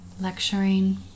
lecturing